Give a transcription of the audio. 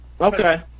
Okay